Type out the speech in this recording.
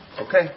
Okay